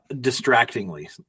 distractingly